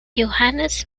johannes